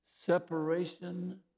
Separation